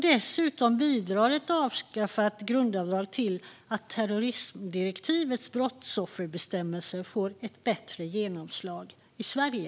Dessutom bidrar ett avskaffat grundavdrag till att terrorismdirektivets brottsofferbestämmelser får bättre genomslag i Sverige.